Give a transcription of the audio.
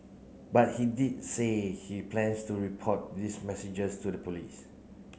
but he did say he plans to report these messages to the police